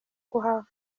kuhava